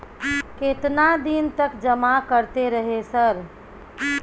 केतना दिन तक जमा करते रहे सर?